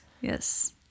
Yes